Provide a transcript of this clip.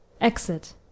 Exit